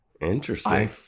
Interesting